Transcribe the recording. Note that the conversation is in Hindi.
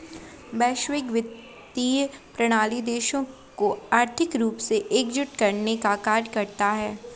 वैश्विक वित्तीय प्रणाली देशों को आर्थिक रूप से एकजुट करने का कार्य करता है